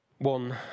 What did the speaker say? One